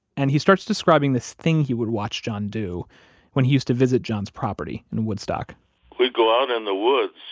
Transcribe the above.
and he starts describing this thing he would watch john do when he used to visit john's property in woodstock we'd go out in the woods,